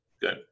Good